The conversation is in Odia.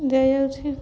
ଦିଆଯାଉଛି